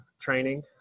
training